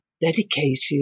dedicated